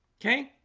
okay